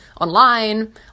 online